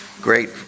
great